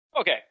Okay